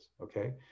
okay